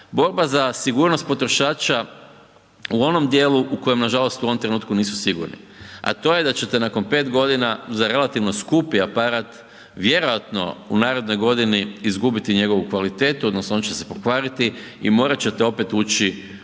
borba za sigurnost potrošača u onom dijelu u kojem nažalost u ovom trenutku nisu sigurni, a to je da ćete nakon 5 godina za relativno skupi aparat vjerojatno u narednoj godini izgubiti njegovu kvalitetu, odnosno on će se pokvariti i morat ćete opet ući